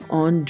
on